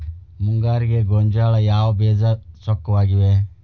ಮುಂಗಾರಿಗೆ ಗೋಂಜಾಳ ಯಾವ ಬೇಜ ಚೊಕ್ಕವಾಗಿವೆ?